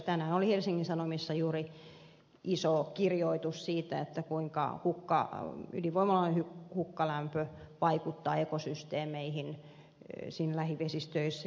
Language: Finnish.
tänään oli helsingin sanomissa juuri iso kirjoitus siitä kuinka ydinvoimaloiden hukkalämpö vaikuttaa ekosysteemeihin lähivesistöissä